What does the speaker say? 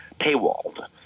paywalled